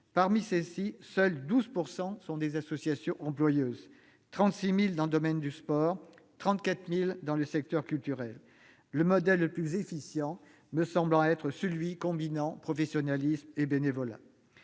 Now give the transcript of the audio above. Parmi celles-ci, seuls 12 % sont des associations employeuses : 36 000 dans le domaine du sport et 34 000 dans le secteur culturel. Le modèle le plus efficient me semble être celui qui combine professionnalisme et bénévolat.